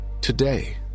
Today